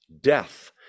death